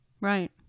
Right